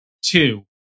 two